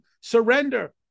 surrender